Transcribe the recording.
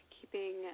keeping